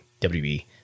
WB